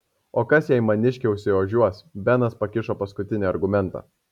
o kas jei maniškė užsiožiuos benas pakišo paskutinį argumentą